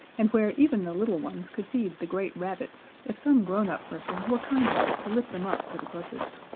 and where even the little ones could feed the great rabbits if some grown-up person were kind enough to lift them up for the purpose.